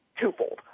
twofold